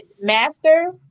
Master